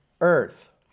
Earth